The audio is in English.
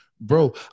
Bro